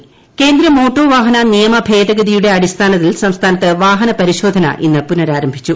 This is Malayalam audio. വാഹന പരിശോധന കേന്ദ്ര മോട്ടോർ വാഹന നിയമഭേദഗതിയുടെ അടിസ്ഥാനത്തിൽ സംസ്ഥാനത്ത് വാഹന പരിശോധന ഇന്ന് പുനരാരംഭിച്ചു